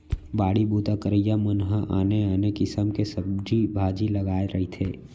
बाड़ी बूता करइया मन ह आने आने किसम के सब्जी भाजी लगाए रहिथे